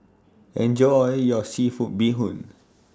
Enjoy your Seafood Bee Hoon